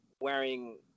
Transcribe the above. wearing